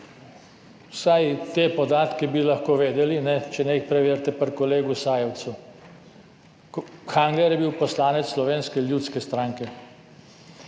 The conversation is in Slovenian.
Vsaj te podatke bi lahko vedeli, če ne, jih preverite pri kolegu Sajovicu. Kangler je bil poslanec Slovenske ljudske stranke.